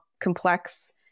complex